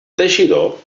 teixidor